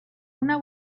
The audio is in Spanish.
una